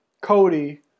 Cody